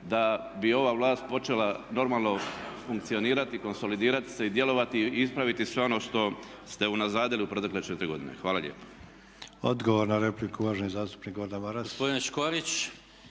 da bi ova vlast počela normalno funkcionirati i konsolidirati se i djelovati i ispraviti sve ono što ste unazadili u protekle 4 godine. Hvala lijepo. **Sanader, Ante (HDZ)** Odgovor na repliku uvaženi zastupnik Gordan Maras.